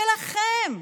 שלכם.